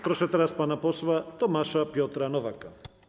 Proszę teraz pana posła Tomasza Piotra Nowaka.